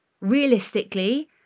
realistically